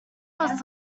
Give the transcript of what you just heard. was